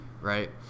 right